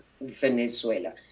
Venezuela